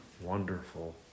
Wonderful